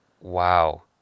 Wow